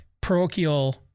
parochial